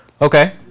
Okay